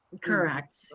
Correct